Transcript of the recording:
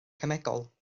cemegol